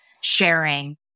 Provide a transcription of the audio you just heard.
sharing